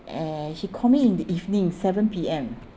and he call me in the evening seven P_M